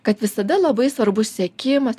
kad visada labai svarbus sekimas